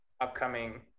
upcoming